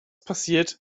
passiert